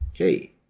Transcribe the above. Okay